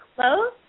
close